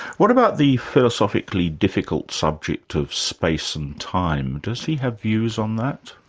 what about the philosophically difficult subject of space and time? does he have views on that?